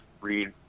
read